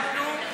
נו?